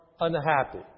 unhappy